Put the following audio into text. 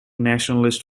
nationalist